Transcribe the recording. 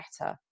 better